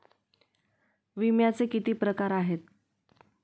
विम्याचे किती प्रकार आहेत?